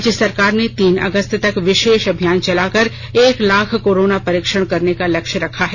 राज्य सरकार ने तीन अगस्त तक विशेष अभियान चलाकर एक लाख कोरोना परिक्षण करने का लक्ष्य रखा है